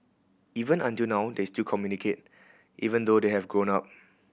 even until now they still communicate even though they have grown up